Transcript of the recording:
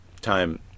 time